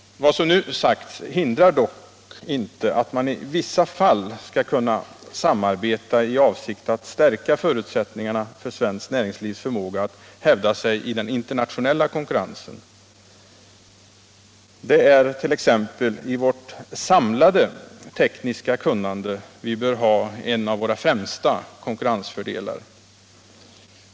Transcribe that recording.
Vad som nu sagts hindrar dock inte att man i vissa fall skall kunna samarbeta i avsikt att stärka förutsättningarna för svenskt näringslivs förmåga att hävda sig i den internationella konkurrensen. Det är t.ex. i vårt samlade tekniska kunnande vi bör ha en av våra främsta konkurrensfördelar.